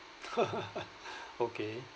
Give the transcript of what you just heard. okay